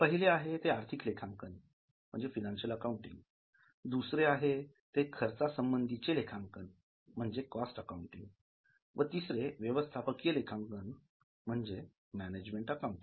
पहिले आहे ते आर्थिक लेखांकन म्हणजे फिनान्शियल अकाउंटिंग दुसरे आहे ते खर्चासंबंधी चे लेखांकन म्हणजे कॉस्ट अकाउंटिंग व तिसरे व्यवस्थापकीय लेखांकन म्हणजे मॅनेजमेण्ट अकाऊण्टिंग